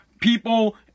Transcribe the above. people